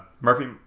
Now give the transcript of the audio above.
Murphy